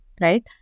right